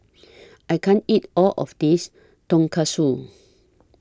I can't eat All of This Tonkatsu